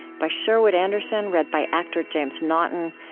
by sherwood anderson, read by actor james naughton,